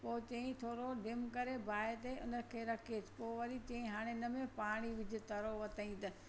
पोइ चयो थोरो डिम करे ॿाहि ते उनखे रखेसि पोइ वरी चयो हाणे हिनमें पाणी विझ तरो वतई त